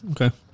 okay